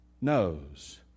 knows